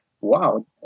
Wow